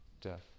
death